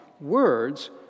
words